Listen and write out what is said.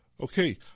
Okay